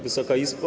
Wysoka Izbo!